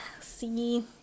see